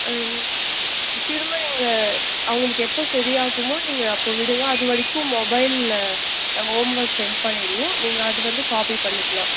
அது திரும்ப நீங்கள் அவங்களுக்கு எப்போ சரியாகுமோ நீங்கள் அப்போ விடுங்கள் அது வரைக்கும் மொபைலில் ஹோம் ஒர்க் சென்ட் பண்ணிவிடுவோம் நீங்கள் அது வந்து காப்பி பண்ணிக்கலாம்